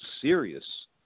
serious